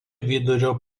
vidurio